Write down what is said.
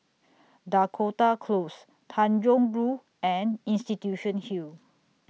Dakota Close Tanjong Rhu and Institution Hill